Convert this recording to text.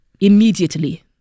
immediately